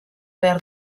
behar